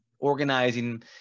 organizing